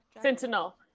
Sentinel